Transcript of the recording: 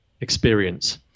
experience